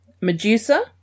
Medusa